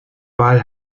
ball